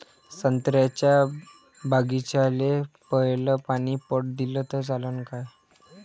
संत्र्याच्या बागीचाले पयलं पानी पट दिलं त चालन का?